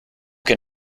que